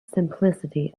simplicity